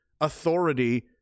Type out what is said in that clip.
authority